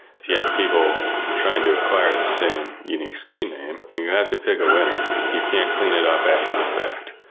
if you have people trying to acquire the same unique stream name, you have to pick a winner. you can't clean it up after the fact.